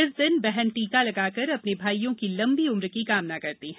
इस दिन बहन टीका लगाकर अपने भाइयों की लंबी उम्र की कामना करती हैं